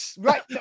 Right